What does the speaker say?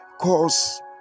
cause